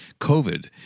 covid